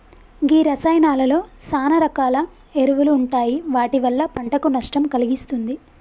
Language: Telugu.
గీ రసాయానాలలో సాన రకాల ఎరువులు ఉంటాయి వాటి వల్ల పంటకు నష్టం కలిగిస్తుంది